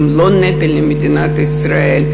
הם לא נטל על מדינת ישראל,